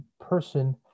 person